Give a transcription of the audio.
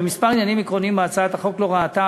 בכמה עניינים עקרוניים בהצעת החוק לא ראתה